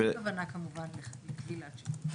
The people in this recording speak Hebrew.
דווקא.